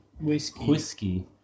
Whiskey